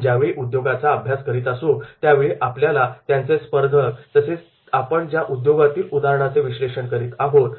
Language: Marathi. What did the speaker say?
आपण ज्यावेळी उद्योगाचा अभ्यास करीत असून त्यावेळी आपल्याला त्यांचे स्पर्धक तसेच आपण ज्या उद्योगातील उदाहरणाचे विश्लेषण करीत आहोत